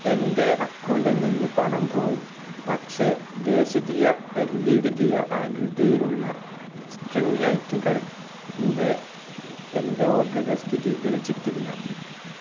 എന്റെ അക്കൗണ്ടിൽ നിന്ന് പണം പോയി പക്ഷേ ദേശിദിയ എൽ ഇ ഡി ദിയ ആകൃതിയിലുള്ള സ്ട്രിംഗ് ലൈറ്റുകൾ ന്റെ എന്റെ ഓർഡറുകൾ സ്ഥിരീകരിച്ചിട്ടില്ല